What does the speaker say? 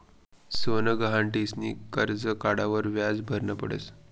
सोनं गहाण ठीसनी करजं काढावर व्याज भरनं पडस का?